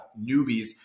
newbies